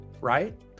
right